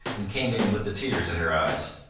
and came in with the tears in her eyes.